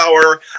power